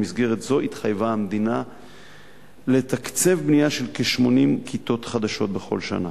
במסגרת זו התחייבה המדינה לתקצב בנייה של כ-80 כיתות חדשות בכל שנה.